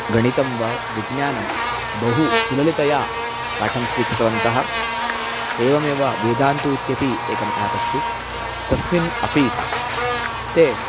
गणितं वा विज्ञ् बहु सुललितया पाठं स्वीकृतवन्तः एवमेव वेदान्तू इत्यपि एकम् ऐप् अस्ति तस्मिन् अपि ते